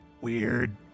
weird